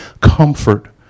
Comfort